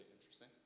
interesting